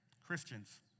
Christians